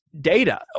data